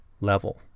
level